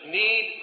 need